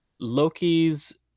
Loki's